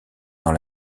dans